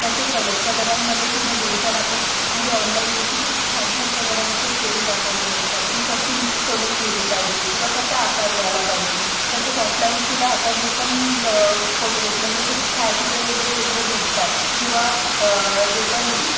त्याचे कलर कलरांमध्येसुद्धा दोन चार आपण म्हणजे ऑनलाईनवरती खूप छान छान कलरांचे शेड्स दाखवले असतात की कसे मिक्स करून केले पाहिजे किंवा कसा आकार द्यायला पाहिजे तसेच ऑफलाईनसुद्धा आता जे पण ब पोर्ट्रेट म्हणजे छ छायाचित्र वगैरे वगैरे भेटतात किंवा जे पण